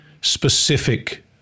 specific